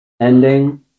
ending